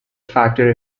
factor